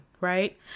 right